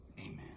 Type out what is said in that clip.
Amen